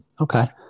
okay